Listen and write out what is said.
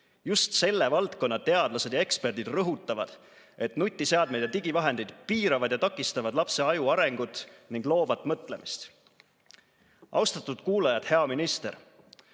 Just selle valdkonna teadlased ja eksperdid rõhutavad, et nutiseadmed ja digivahendid piiravad ja takistavad lapse aju arengut ning loovat mõtlemist. Austatud kuulajad! Hea minister!